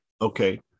okay